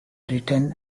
written